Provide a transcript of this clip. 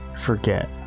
forget